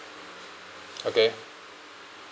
okay